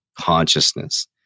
consciousness